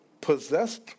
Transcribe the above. possessed